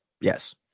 yes